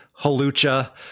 Halucha